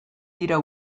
dira